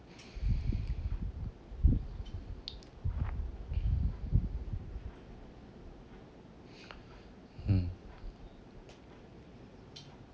mm